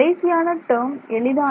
கடைசியான டேர்ம் எளிதானது